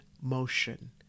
motion